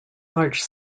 large